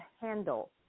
handle